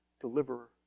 Deliverer